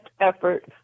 effort